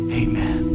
amen